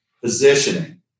positioning